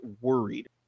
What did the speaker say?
worried